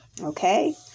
okay